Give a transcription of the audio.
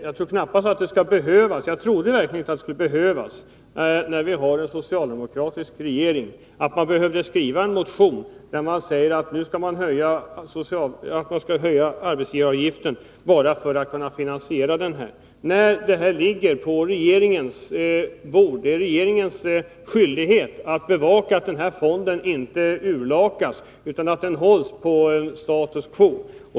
Jag trodde verkligen inte att man, när vi har en socialdemokratisk regering, skulle behöva motionera om en höjning av arbetsgivaravgiften för att kunna finansiera reformen. Det är regeringens skyldighet att bevaka att fonden inte urlakas utan hålls på status quo.